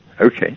Okay